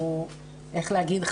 שהוא איך להגיד,